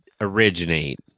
originate